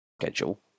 Schedule